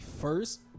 first